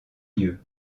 lieux